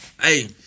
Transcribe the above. Hey